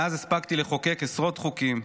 מאז הספקתי לחוקק עשרות חוקים.